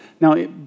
Now